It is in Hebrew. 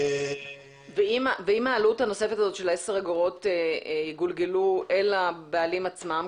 ואם העלות הנוספת הזאת של 10 אגורות יגולגלו אל הבעלים עצמם?